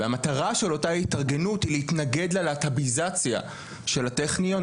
והמטרה של אותה התארגנות היא להתנגד ללהט"ביזציה של הטכניון,